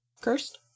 cursed